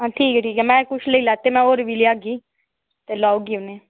ठीक ऐ ठीक ऐ में किश लैते न होर बी लेई आह्गी ते लाई ओड़गी उनेंगी